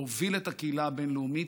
להוביל את הקהילה הבין-לאומית.